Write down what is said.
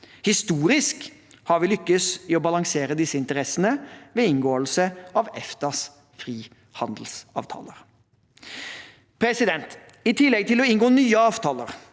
Historisk har vi lykkes i å balansere disse interessene ved inngåelse av EFTAs frihandelsavtaler. I tillegg til å inngå nye avtaler